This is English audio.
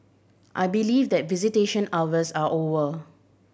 I believe that visitation hours are over